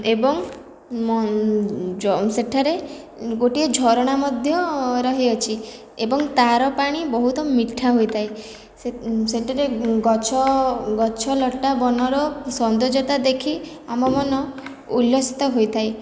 ଏବଂ ସେଠାରେ ଗୋଟିଏ ଝରଣା ମଧ୍ୟ ରହିଅଛି ଏବଂ ତା'ର ପାଣି ବହୁତ ମିଠା ହୋଇଥାଏ ସେଥିରେ ଗଛ ଗଛ ଲତା ବନର ସୌନ୍ଦର୍ଯ୍ୟତା ଦେଖି ଆମ ମନ ଉଲ୍ଲସିତ ହୋଇଥାଏ